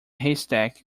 haystack